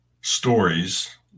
stories